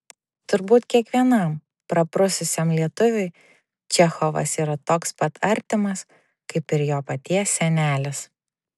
turbūt kiekvienam praprususiam lietuviui čechovas yra toks pat artimas kaip ir jo paties senelis